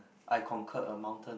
I conquer a mountain